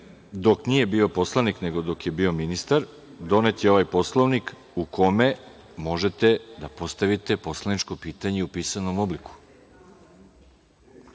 dok nije bio poslanik nego dok je bio ministar donet je ovaj Poslovnik u kome možete da postavite poslaničko pitanje u pisanom obliku.